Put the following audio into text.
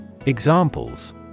Examples